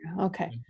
Okay